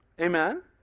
Amen